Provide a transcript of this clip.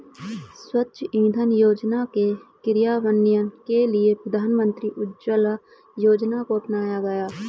स्वच्छ इंधन योजना के क्रियान्वयन के लिए प्रधानमंत्री उज्ज्वला योजना को अपनाया गया